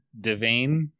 Devane